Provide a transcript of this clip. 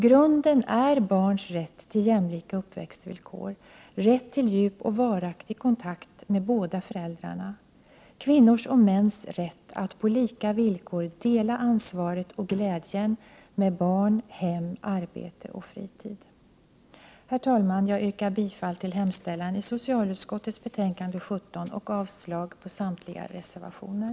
Grunden är barns rätt till jämlika uppväxtvillkor, dvs. rätt till djup och varaktig kontakt med båda föräldrarna. Kvinnors och mäns rätt är att på lika villkor dela ansvaret och glädjen med barn, hem, arbete och fritid. Herr talman! Jag yrkar bifall till hemställan i socialutskottets betänkande 17 och avslag på samtliga reservationer.